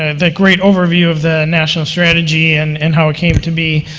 ah that great overview of the national strategy and and how it came to be.